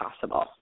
possible